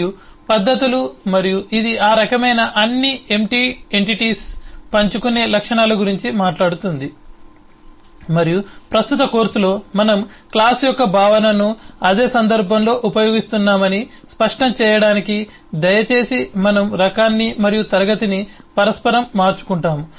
మరియు పద్ధతులు మరియు ఇది ఆ రకమైన అన్ని ఎంటిటీలు పంచుకునే లక్షణాల గురించి మాట్లాడుతుంది మరియు ప్రస్తుత కోర్సులో మనము క్లాస్ యొక్క భావనను అదే సందర్భంలో ఉపయోగిస్తున్నామని స్పష్టం చేయడానికి దయచేసి మనము రకాన్ని మరియు తరగతిని పరస్పరం మార్చుకుంటాము